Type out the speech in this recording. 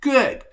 Good